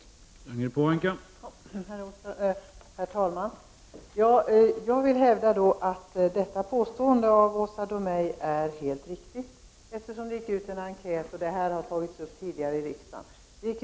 Då Åsa Domeij, som framställt frågan, anmält att hon var förhindrad att närvara vid sammanträdet, medgav talmannen att Ragnhild Pohanka i stället fick delta i överläggningen.